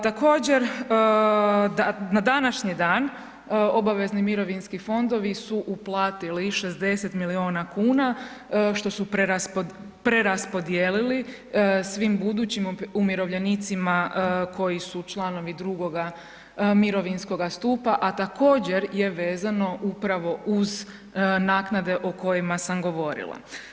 Također, na današnji dan obavezni mirovinski fondovi su uplatili 60 milijuna kuna, što su preraspodijelili svim budućim umirovljenicima koji su članovi II. mirovinskoga stupa, a također, je vezano upravo uz naknade o kojima sam govorila.